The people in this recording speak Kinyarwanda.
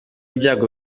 ibyago